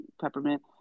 peppermint